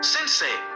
Sensei